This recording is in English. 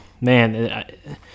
man